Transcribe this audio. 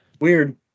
Weird